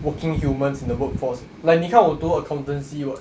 working humans in the workforce like 你看我读 accountancy [what]